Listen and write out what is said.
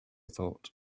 thought